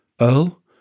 Earl